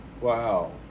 Wow